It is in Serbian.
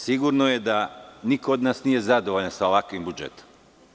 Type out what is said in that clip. Sigurno je da niko od nas nije zadovoljan sa ovakvim budžetom.